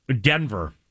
Denver